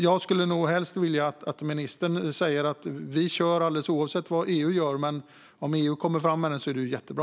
Jag skulle nog helst vilja att ministern säger: Vi kör, alldeles oavsett vad EU gör! Men om EU kommer fram med den är det ju jättebra.